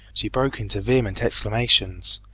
she broke into vehement exclamations.